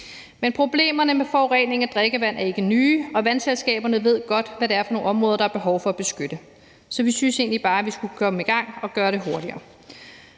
Men problemerne med forurening af drikkevand er ikke nye, og vandselskaberne ved godt, hvad det er for nogle områder, der er behov for at beskytte. Så vi synes egentlig bare, at vi skulle komme i gang og gøre det hurtigere.